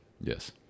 Yes